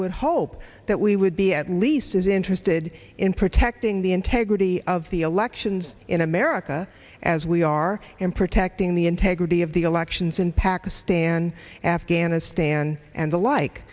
hope that we would be at least as interested in protecting the integrity of the elections in america as we are in protecting the integrity of the elections in pakistan afghanistan and the like